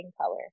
color